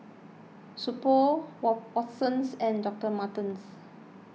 So Pho Watsons and Doctor Martens